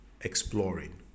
exploring